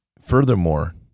furthermore